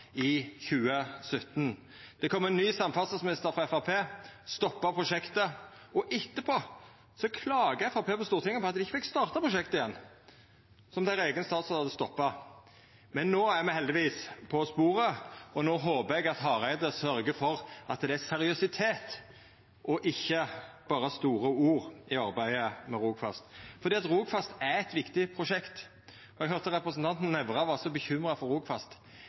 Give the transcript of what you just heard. i 2017. Det kom ein ny samferdselsminister frå Framstegspartiet som stoppa prosjektet, og etterpå klagar Framstegspartiet på Stortinget på at dei ikkje fekk starta prosjektet igjen, som deira eigen statsråd hadde stoppa. Men no er me heldigvis på sporet, og no håper eg at Hareide sørgjer for at det er seriøsitet og ikkje berre store ord i arbeidet med Rogfast. Rogfast er eit viktig prosjekt. Eg høyrde representanten Nævra var så bekymra for